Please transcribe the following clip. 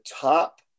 top